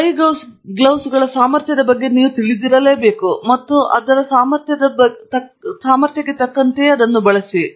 ಹಾಗಾಗಿ ಕೈಗವಸು ಸಾಮರ್ಥ್ಯದ ಬಗ್ಗೆ ನೀವು ತಿಳಿದಿರಲೇಬೇಕು ಮತ್ತು ಅದಕ್ಕೆ ತಕ್ಕಂತೆ ಅದನ್ನು ಬಳಸಿ